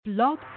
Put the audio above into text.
Blog